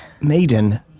Maiden